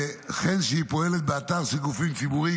וכן שהיא פועלת באתר של גופים ציבוריים,